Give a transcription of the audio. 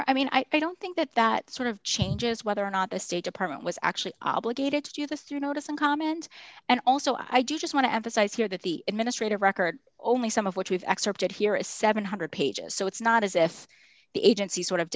honor i mean i don't think that that sort of changes whether or not the state department was actually obligated to do this through notice and comment and also i just want to emphasize here that the administrative record only some of which we've excerpted here is seven hundred dollars pages so it's not as if the agency sort of